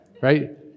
Right